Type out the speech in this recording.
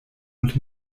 und